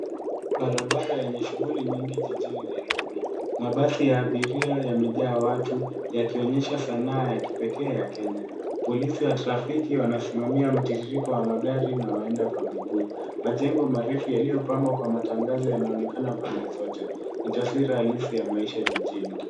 Barabara yenye shughuli nyingi jijini Nairobi. Mabasi ya abiria yamejaa watu yakionesha sanaa ya kipekee ya Kenya. Polisi ya trafiki wanasimamia mtiririko wa magari na waenda kwa miguu. Majengo marefu yaliyopambwa kwa matangazo yanaonekana pande zote. Ni taswira halisi ya maisha jijini.